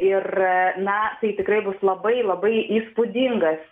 ir na tai tikrai bus labai labai įspūdingas